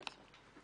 שלו.